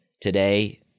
today